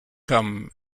come